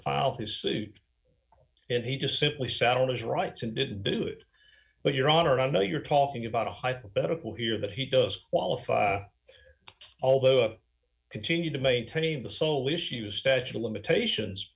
file his suit and he just simply sat on his rights and didn't do it but your honor i know you're talking about a hypothetical here that he does qualify although i continued to maintain the sole issue statute of limitations